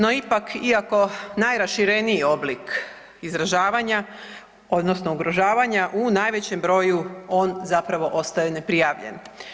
No ipak iako najrašireniji oblik izražavanja odnosno ugrožavanja u najvećem broju on zapravo ostaje neprijavljen.